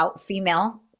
female